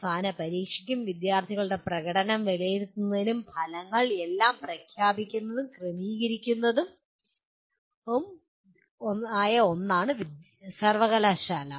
അവസാന പരീക്ഷയ്ക്കും വിദ്യാർത്ഥികളുടെ പ്രകടനം വിലയിരുത്തുന്നതിനും ഫലങ്ങൾ എല്ലാം പ്രഖ്യാപിക്കുന്നതിനും ക്രമീകരിക്കുന്ന ഒന്നാണ് സർവകലാശാല